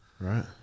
Right